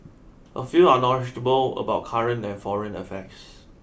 a few are knowledgeable about current and foreign affairs